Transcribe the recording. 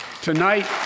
Tonight